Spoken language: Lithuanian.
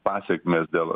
pasekmės dėl